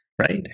right